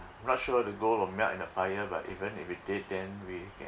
not sure the gold will melt in the fire but even if it did then we can